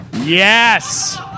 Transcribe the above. Yes